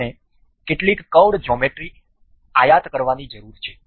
અને આપણે કેટલીક કર્વડ જ્યોમેટ્રી આયાત કરવાની જરૂર છે